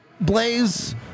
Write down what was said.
Blaze